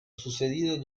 sucedido